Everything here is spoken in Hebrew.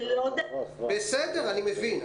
אני מבין.